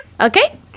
Okay